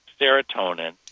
serotonin